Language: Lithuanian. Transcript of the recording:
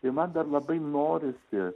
ir man dar labai norisi